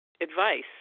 advice